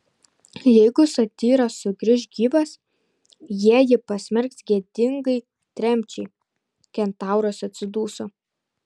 jeigu satyras sugrįš gyvas jie jį pasmerks gėdingai tremčiai kentauras atsiduso